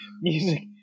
Music